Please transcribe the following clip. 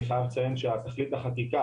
אני חייב לציין שתכלית החקיקה,